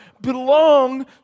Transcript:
belong